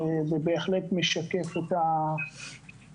וזה בהחלט משקף את הנתונים.